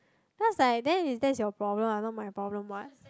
then I was like then is that's your problem what not my problem what